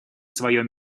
свое